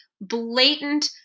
blatant